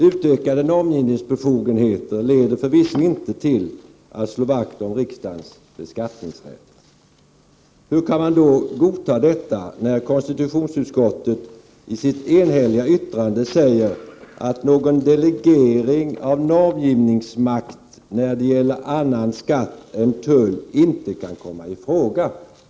Utökade normgivningsbefogenheter leder förvisso inte till att man slår vakt om riksdagens beskattningsrätt. Hur kan utskottsmajoriteten då godta detta, när konstitutionsutskottet i sitt enhälliga yttrande säger att någon delegering av normgivningsmakt när det gäller annan skatt än tull inte kan komma i fråga?